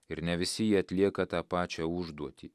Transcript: ir ne visi jie atlieka tą pačią užduotį